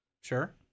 Sure